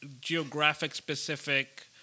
geographic-specific